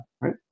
right